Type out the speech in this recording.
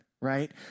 right